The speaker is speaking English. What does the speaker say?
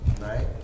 Right